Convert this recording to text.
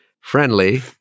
friendly